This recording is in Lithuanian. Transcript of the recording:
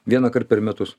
vieną kart per metus